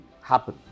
happen